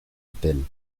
hotel